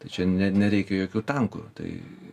tai čia ne nereikia jokių tankų tai